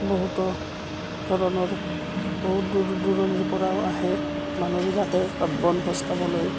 বহুতো ধৰণৰ বহুত দূৰ দূৰণিৰপৰাও আহে মানুহবিলাকে তাত বনভোজ খাবলৈ